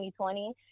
2020